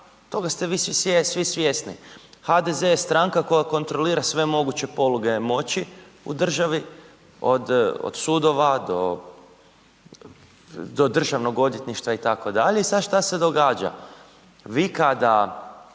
toga ste vi svi svjesni. HDZ je stranka koja kontrolira sve moguće poluge moći u državi od sudova, do državnog odvjetništva itd. i sad šta se događa, vi kada